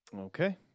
Okay